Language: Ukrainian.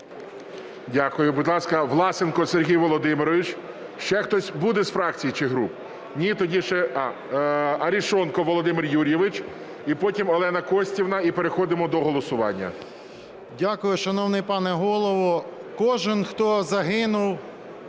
Дякую. Будь ласка, Власенко Сергій Володимирович. Ще хтось буде з фракцій чи груп? Арешонков Володимир Юрійович і потім Олена Костівна, і переходимо до голосування. 10:57:18 ВЛАСЕНКО С.В. Дякую, шановний пане Голово. Кожен, хто загинув